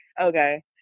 Okay